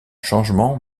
changements